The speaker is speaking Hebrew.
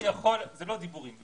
זה לא רק דיבורים.